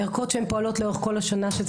ערכות שהן פועלות לאורך כל השנה שזה